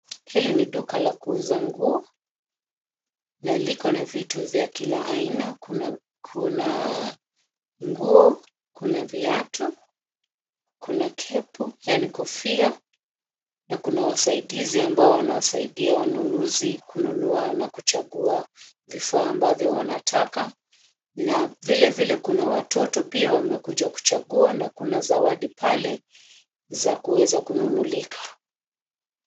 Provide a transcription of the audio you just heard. Hili ni duka la kuuza nguo, na liko na vitu vya kila aina, kuna nguo, kuna viatu, kuna kepu yani kofia na kuna wasaidizi ambao wanawasaidia wanunuzi kununua na kuchagua vifaa ambavyo wanataka na vilevile kuna watoto pia wamekuja kuchagua na kuna zawadi pale za kuweza kununulika.